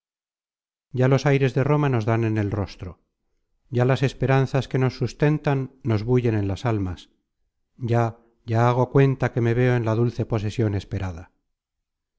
los aires de roma nos dan en el rostro ya las esperanzas que nos sustentan nos bullen en las almas ya ya hago cuenta que me veo en la dulce posesion esperada